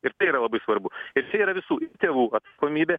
ir tai yra labai svarbu ir čia yra visų tėvų atsakomybė